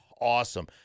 Awesome